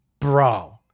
bro